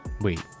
Wait